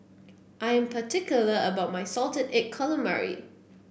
I am particular about my Salted Egg Calamari